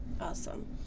Awesome